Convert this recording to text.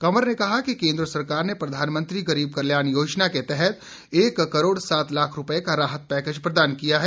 cover ने कहा कि केंद्र सरकार ने प्रधानमंत्री गरीब कल्याण योजना के तहत एक करोड़ सात लाख रुपए का राहत पैकेज प्रदान किया है